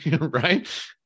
Right